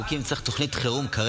דורש תוכנית חירום.